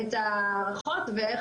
את ההערכות ומה